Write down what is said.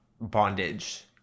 bondage